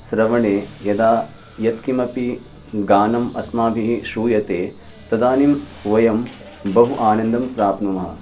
श्रवणे यदा यत्किमपि गानम् अस्माभिः श्रूयते तदानीं वयं बहु आनन्दं प्राप्नुमः